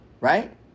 right